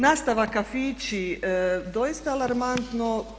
Nastava, kafići doista alarmantno.